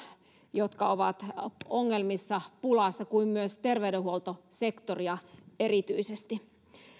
jotka ovat ongelmissa pulassa kuin myös terveydenhuoltosektoria erityisesti